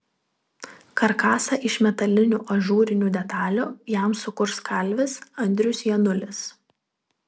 karkasą iš metalinių ažūrinių detalių jam sukurs kalvis andrius janulis